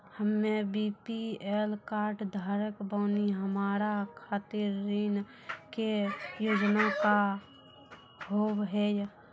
हम्मे BPL card धारक बानि हमारा खातिर ऋण के योजना का होव हेय?